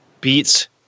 beats